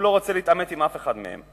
הוא לא רוצה להתעמת עם אף אחד מהם.